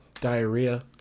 diarrhea